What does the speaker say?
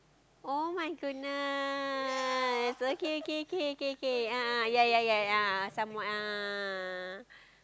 [oh]-my-goodness okay okay okay okay a'ah ya ya ya a'ah somewhat ah